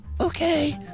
Okay